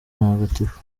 ntagatifu